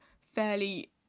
fairly